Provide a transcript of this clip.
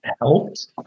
helped